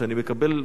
כשאני מקבל קהל,